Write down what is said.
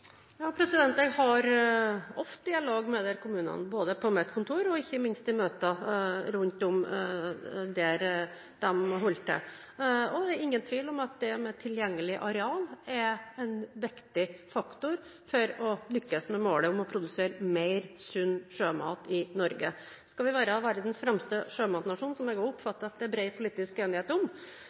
Jeg har ofte dialog med disse kommunene, både på mitt kontor og ikke minst i møter rundt omkring der de holder til. Det er ingen tvil om at tilgjengelige arealer er en viktig faktor for å lykkes med målet om å produsere mer sunn sjømat i Norge. Skal vi være verdens fremste sjømatnasjon, som jeg har oppfattet at det er bred politisk enighet om,